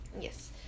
yes